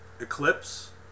Eclipse